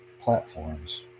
platforms